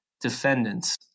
defendants